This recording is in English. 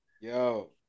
Yo